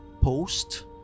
post